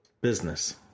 business